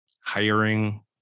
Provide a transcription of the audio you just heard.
hiring